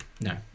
No